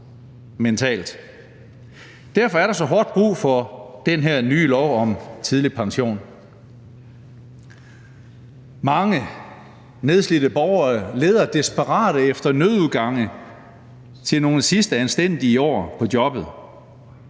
Derfor er der så hårdt brug for den her nye lov om tidlig pension. Mange nedslidte borgere leder desperat efter nødudgange til nogle sidste anstændige år på jobbet,